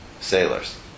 sailors